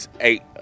eight